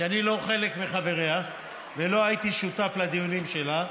שאני לא אחד מחבריה ולא הייתי שותף לדיונים שלה,